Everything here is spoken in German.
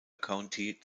county